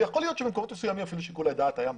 ויכול להיות שבמקומות מסוימים אפילו שיקול הדעת היה מוטעה.